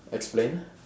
explain